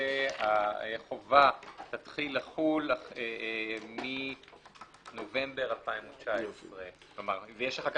שלמעשה החובה תתחיל לחול מנובמבר 2019. יש אחר כך